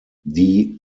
die